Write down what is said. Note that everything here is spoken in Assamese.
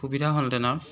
সুবিধা হ'লহেঁতেন আৰু